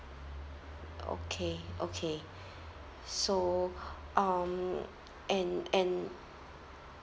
okay okay so um and and